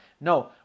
No